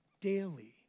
daily